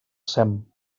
sem